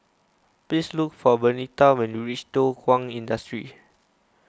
please look for Bernita when you reach Thow Kwang Industry